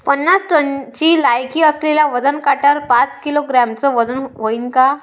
पन्नास टनची लायकी असलेल्या वजन काट्यावर पाच किलोग्रॅमचं वजन व्हईन का?